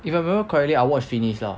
if I remember correctly I watch finish lah